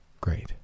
Great